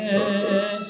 Yes